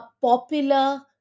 popular